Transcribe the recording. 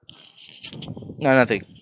no nothing